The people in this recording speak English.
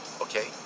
Okay